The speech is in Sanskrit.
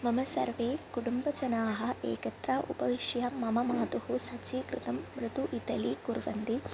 मम सर्वे कुटुम्भजनाः एकत्र उपविश्य मम मातुः सज्जीकृतं मृदु इटली कुर्वन्ति